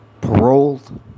paroled